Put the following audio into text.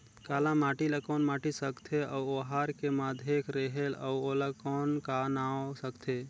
काला माटी ला कौन माटी सकथे अउ ओहार के माधेक रेहेल अउ ओला कौन का नाव सकथे?